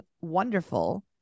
wonderful